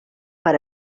per